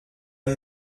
une